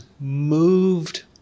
moved